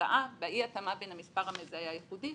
טעה באי התאמה בין המספר המזהה הייחודי,